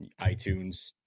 iTunes